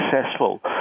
successful